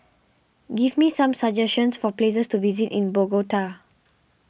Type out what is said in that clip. give me some suggestions for places to visit in Bogota